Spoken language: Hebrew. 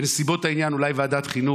בנסיבות העניין, אולי ועדת החינוך.